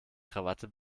krawatte